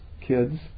kids